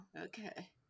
okay